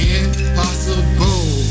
impossible